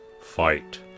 fight